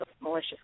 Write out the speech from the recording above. malicious